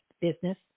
business